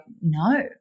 no